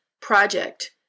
project